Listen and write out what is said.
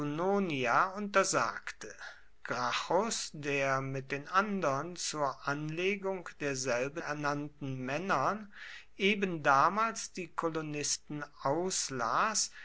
iunonia untersagte gracchus der mit den andern zur anlegung derselben ernannten männern eben damals die kolonisten auslas